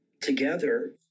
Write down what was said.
together